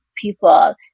people